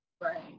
Right